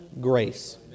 grace